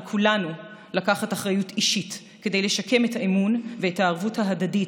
על כולנו לקחת אחריות אישית כדי לשקם את האמון ואת הערבות ההדדית